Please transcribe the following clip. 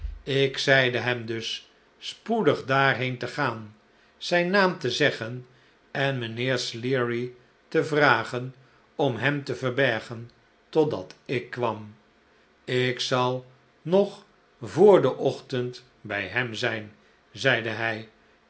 ik zeide hem dus spoedig daarheen te gaan zijn naam te zeggen en mijnheer sleary te vragen om hem te verbergen totdat ik kwam ik zal nog voor den ochtend bij hem zijn zeide hij